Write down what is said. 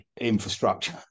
infrastructure